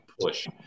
push